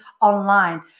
online